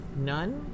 None